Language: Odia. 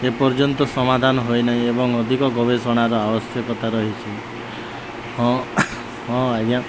ଏପର୍ଯ୍ୟନ୍ତ ସମାଧାନ ହୋଇନାହିଁ ଏବଂ ଅଧିକ ଗବେଷଣାର ଆବଶ୍ୟକତା ରହିଛି ହଁ ହଁ ଆଜ୍ଞା